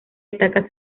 destaca